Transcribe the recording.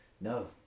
no